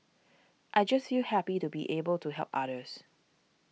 I just feel happy to be able to help others